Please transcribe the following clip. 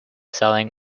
selling